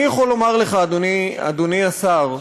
אני יכול לומר לך, אדוני השר,